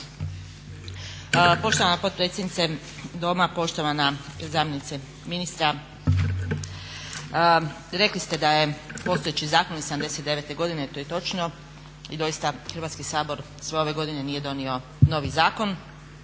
Poštovana potpredsjednice Doma. Poštovana zamjenice ministra, rekli ste da je postojeći zakon iz '79. godine, to je točno i doista Hrvatski sabor sve ove godine nije donio novi zakon.